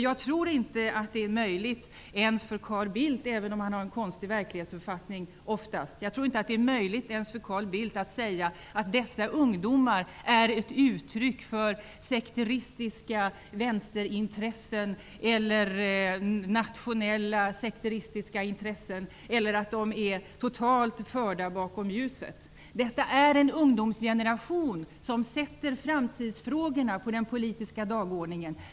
Jag tror inte att det är möjligt ens för Carl Bildt, även om han ofta har en konstig verklighetsuppfattning, att säga att dessa ungdomars åsikter är ett uttryck för sekteristiska vänsterintressen, nationella sekteristiska intressen eller att de är totalt förda bakom ljuset. Detta är en ungdomsgeneration som sätter framtidsfrågorna på den politiska dagordningen.